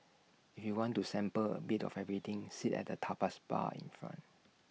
if you want to sample A bit of everything sit at the tapas bar in front